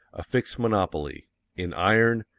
a fixed monopoly in iron,